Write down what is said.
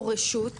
או רשות?